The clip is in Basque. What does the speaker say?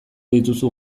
dituzu